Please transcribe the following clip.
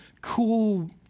cool